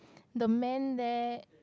the man there